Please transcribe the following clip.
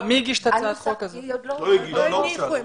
היא עוד לא הוגשה.